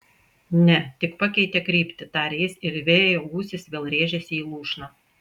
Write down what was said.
ne tik pakeitė kryptį tarė jis ir vėjo gūsis vėl rėžėsi į lūšną